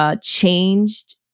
Changed